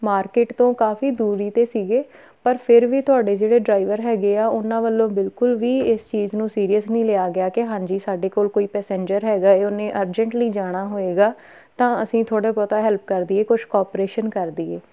market ਤੋਂ ਕਾਫ਼ੀ ਦੂਰੀ 'ਤੇ ਸੀਗੇ ਪਰ ਫਿਰ ਵੀ ਤੁਹਾਡੇ ਜਿਹੜੇ ਡਰਾਈਵਰ ਹੈਗੇ ਆ ਉਹਨਾਂ ਵੱਲੋਂ ਬਿਲਕੁਲ ਵੀ ਇਸ ਚੀਜ਼ ਨੂੰ ਸੀਰੀਅਸ ਨਹੀਂ ਲਿਆ ਗਿਆ ਕਿ ਹਾਂਜੀ ਸਾਡੇ ਕੋਲ ਕੋਈ ਪੈਸੇਂਜਰ ਹੈਗਾ ਹੈ ਉਹਨੇ ਅਰਜੈਂਟਲੀ ਜਾਣਾ ਹੋਵੇਗਾ ਤਾਂ ਅਸੀਂ ਥੋੜ੍ਹਾ ਬਹੁਤਾ ਹੈਲਪ ਕਰ ਦੇਈਏ ਕੁਛ ਕੋਪਰੇਸ਼ਨ ਕਰ ਦੇਈਏ